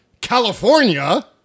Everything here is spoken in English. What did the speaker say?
California